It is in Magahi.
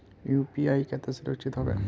यु.पी.आई केते सुरक्षित होबे है?